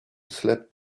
slept